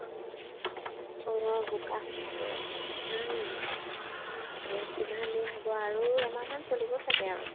অ অ বোকা হৈছে তাকেই কিমানদিন হ'ব আৰু এমাহমান চলিব চাগৈ আৰু